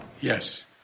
Yes